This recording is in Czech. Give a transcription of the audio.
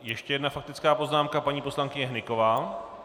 Ještě jedna faktická poznámka, paní poslankyně Hnyková.